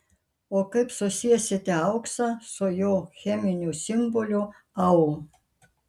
o kaip susiesite auksą su jo cheminiu simboliu au